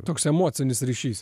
toks emocinis ryšys